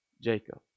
Jacob